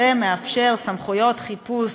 שמאפשר סמכויות חיפוש